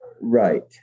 Right